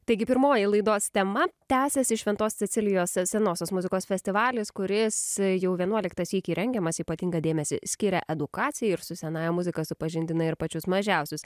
taigi pirmoji laidos tema tęsiasi šventos cecilijos senosios muzikos festivalis kuris jau vienuoliktą sykį rengiamas ypatingą dėmesį skiria edukacijai ir su senąja muzika supažindina ir pačius mažiausius